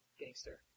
gangster